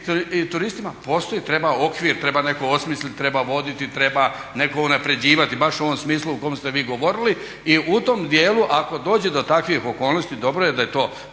turistima, postoji treba okvir, treba neko osmisliti treba voditi, treba neko unapređivati baš u ovom smislu o kojem ste vi govorili. I u tom dijelu ako dođe do takvih okolnosti dobro je da je to